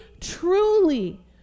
truly